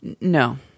No